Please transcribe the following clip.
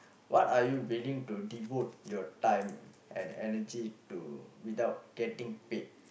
what are you willing to devote your time and energy to without getting paid